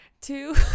Two